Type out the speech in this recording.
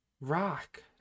rock